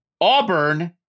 Auburn